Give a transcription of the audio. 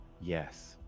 yes